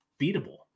beatable